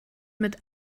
mit